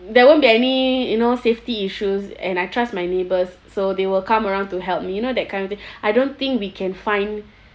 there won't be any you know safety issues and I trust my neighbours so they will come around to help me you know that kind of thing I don't think we can find